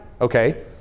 okay